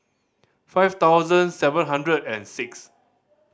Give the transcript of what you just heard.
five thousand seven hundred and six